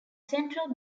central